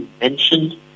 mentioned